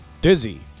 Dizzy